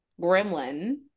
gremlin